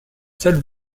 seule